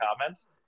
comments